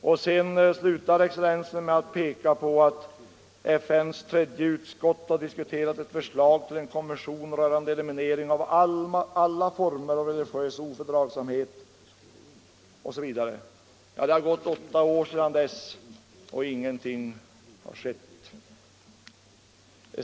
Excellensen slutar sitt svar med att peka på att i FN:s tredje utskott har diskuterats ett förslag till en konvention rörande eliminering av alla former av religiös ofördragsamhet, osv. Det har gått åtta år sedan dess — och ingenting har skett.